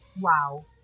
wow